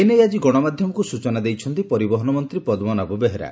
ଏନେଇ ଆଜି ଗଣମାଧ୍ଧମକୁ ସୂଚନା ଦେଇଛନ୍ତି ପରିବହନ ମନ୍ତୀ ପଦ୍ମନାଭ ବେହେରା